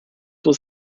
was